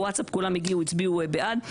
אחרי הווטסאפ כולם הגיעו והצביעו בעד,